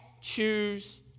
choose